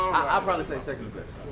i'd probably say second best.